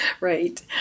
Right